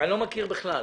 לא מכיר את זה.